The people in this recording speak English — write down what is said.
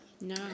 No